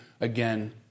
again